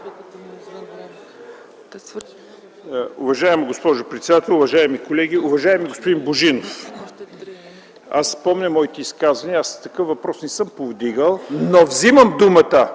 Уважаема госпожо председател, уважаеми колеги! Уважаеми господин Божинов, аз помня моите изказвания. Такъв въпрос не съм повдигал, но вземам думата